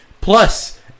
Plus